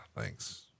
Thanks